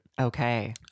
Okay